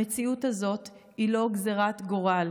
המציאות הזאת היא לא גזרת גורל,